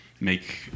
make